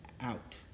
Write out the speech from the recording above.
out